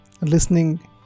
listening